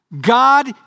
God